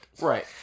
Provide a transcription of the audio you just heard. Right